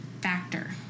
factor